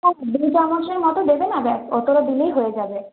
দু চামচের মত দেবে না ব্যাস অতটা দিলেই হয়ে যাবে